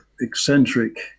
eccentric